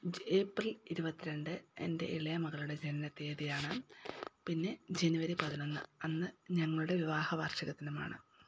April ഇരുപത്തി രണ്ട് എൻ്റെ ഇളയ മകളുടെ ജനന തിയതിയാണ് പിന്നെ ജനുവരി പതിനൊന്ന് അന്ന് ഞങ്ങളുടെ വിവാഹ വാർഷികദിനമാണ്